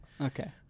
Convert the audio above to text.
Okay